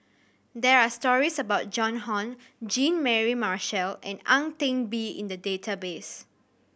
there are stories about Joan Hon Jean Mary Marshall and Ang Ten Bee in the database